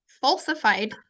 falsified